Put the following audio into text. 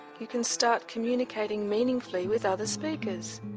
you can start communicating meaningfully with other speakers.